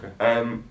Okay